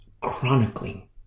chronicling